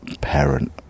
parent